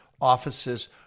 offices